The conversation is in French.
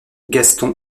gaston